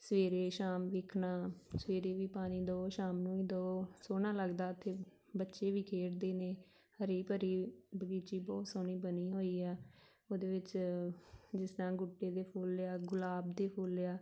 ਸਵੇਰੇ ਸ਼ਾਮ ਵੇਖਣਾ ਸਵੇਰੇ ਵੀ ਪਾਣੀ ਦਿਓ ਸ਼ਾਮ ਨੂੰ ਦਿਓ ਸੋਹਣਾ ਲੱਗਦਾ ਅਤੇ ਬੱਚੇ ਵੀ ਖੇਡਦੇ ਨੇ ਹਰੇਕ ਵਾਰੀ ਬਗੀਚੀ ਬਹੁਤ ਸੋਹਣੀ ਬਣੀ ਹੋਈ ਆ ਉਹਦੇ ਵਿੱਚ ਜਿਸ ਤਰ੍ਹਾਂ ਗੁਟੇ ਦੇ ਫੁੱਲ ਆ ਗੁਲਾਬ ਦੇ ਫੁੱਲ ਆ